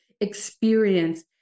experience